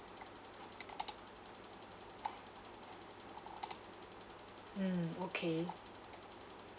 mm okay